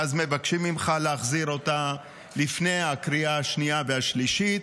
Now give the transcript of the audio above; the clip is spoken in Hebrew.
ואז מבקשים ממך להחזיר אותה לפני הקריאה השנייה והשלישית,